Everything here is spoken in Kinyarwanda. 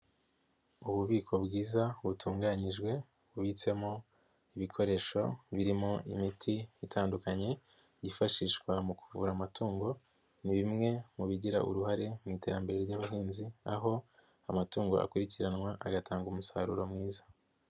Ububiko bwiza butunganyijwe bubitsemo ibikoresho birimo imiti itandukanye yifashishwa mu kuvura amatungo, ni bimwe mu bigira uruhare mu iterambere ry'abahinzi aho amatungo akurikiranwa agatanga umusaruro mwiza.